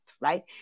right